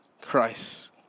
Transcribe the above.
Christ